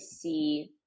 see